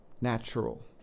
natural